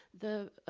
the